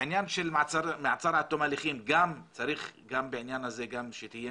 מעצר עד תום הליכים, גם בעניין הזה צריכה להיות